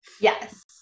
Yes